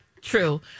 True